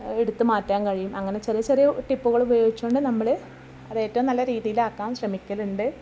എടുത്തു മാറ്റാൻ കഴിയും അങ്ങനെ ചെറിയ ചെറിയ ടിപ്പുകളുപയോഗിച്ച് കൊണ്ട് നമ്മള് അത് ഏറ്റവും നല്ല രീതിയിൽ ആക്കാൻ ശ്രമിക്കലുണ്ട്